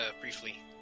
briefly